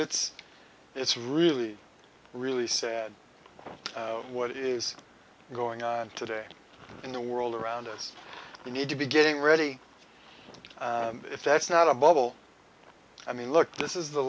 it's it's really really sad what is going on today in the world around us we need to be getting ready and if that's not a bubble i mean look this is the